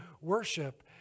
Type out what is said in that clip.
worship